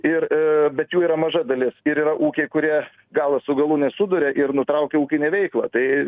ir e bet jų yra maža dalis ir yra ūkiai kurie galo su galu nesuduria ir nutraukę ūkinę veiklą tai